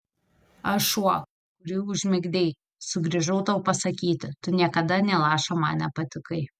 aš šuo kurį užmigdei sugrįžau tau pasakyti tu niekada nė lašo man nepatikai